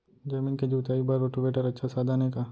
जमीन के जुताई बर रोटोवेटर अच्छा साधन हे का?